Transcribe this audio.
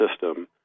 system